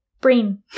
brain